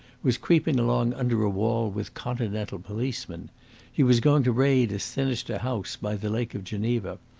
was creeping along under a wall with continental policemen he was going to raid a sinister house by the lake of geneva.